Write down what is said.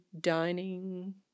dining